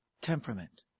temperament